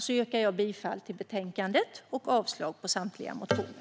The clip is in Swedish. Jag yrkar bifall till förslaget i betänkandet och avslag på samtliga motioner.